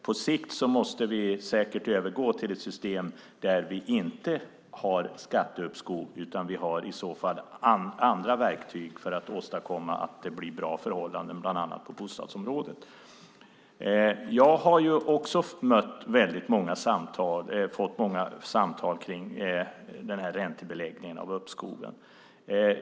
På sikt måste vi säkert övergå till ett system där vi inte har skatteuppskov utan andra verktyg för att åstadkomma att det blir bra förhållanden, bland annat på bostadsområdet. Jag har också fått många samtal om räntebeläggningen av uppskoven.